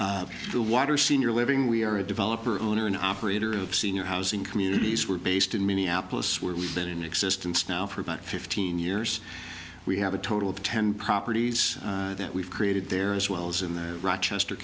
the water senior living we are a developer owner and operator of senior housing communities were based in minneapolis where we've been in existence now for about fifteen years we have a total of ten properties that we've created there as well as in the rochester